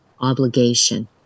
obligation